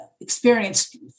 experienced